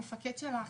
המפקד שלך,